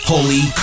Holy